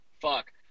Fuck